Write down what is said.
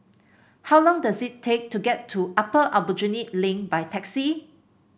how long does it take to get to Upper Aljunied Link by taxi